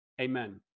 Amen